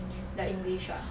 the english [what]